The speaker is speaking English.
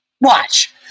Watch